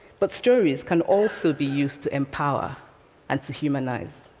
but stories can also be used to empower and to humanize.